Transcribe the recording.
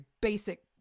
basic